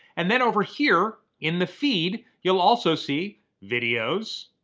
and then over here, in the feed, you'll also see videos,